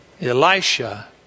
Elisha